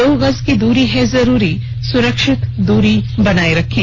दो गज की दूरी है जरूरी सुरक्षित दूरी बनाए रखें